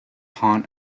upon